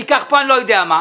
ייקח כאן אני לא יודע מה.